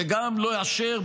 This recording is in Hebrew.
וגם לאשר,